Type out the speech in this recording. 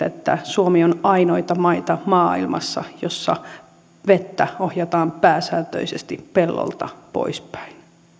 että suomi on ainoita maita maailmassa jossa vettä ohjataan pääsääntöisesti pellolta poispäin